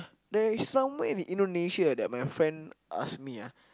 there is somewhere in Indonesia that my friend ask me ah